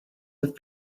have